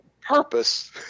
purpose